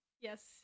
Yes